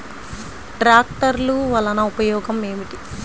ట్రాక్టర్లు వల్లన ఉపయోగం ఏమిటీ?